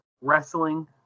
wrestling